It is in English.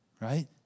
right